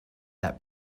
that